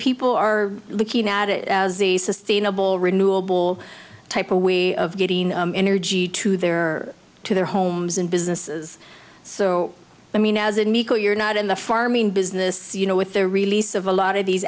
people are looking at it as the sustainable renewable type of we of getting energy to their to their homes and businesses so i mean as an equal you're not in the farming business you know with the release of a lot of these